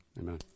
Amen